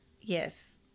Yes